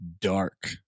Dark